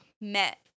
met